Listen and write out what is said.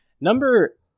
number